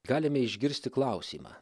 galime išgirsti klausimą